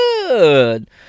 good